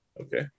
okay